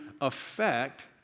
affect